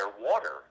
water